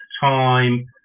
time